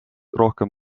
rohkem